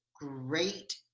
great